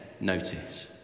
notice